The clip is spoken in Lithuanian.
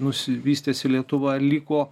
nusi vystėsi lietuva ir liko